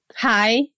Hi